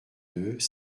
deux